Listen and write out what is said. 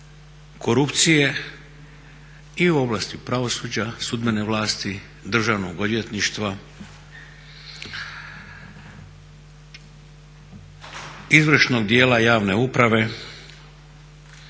korupcije i u oblasti pravosuđa, sudbene vlasti, državnog odvjetništva, izvršnog dijela javne uprave,